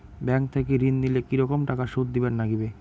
Bank থাকি ঋণ নিলে কি রকম টাকা সুদ দিবার নাগিবে?